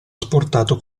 asportato